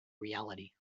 reality